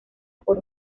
por